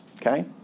okay